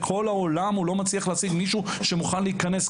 בכל העולם הוא לא מצליח להשיג מישהו שמוכן להיכנס.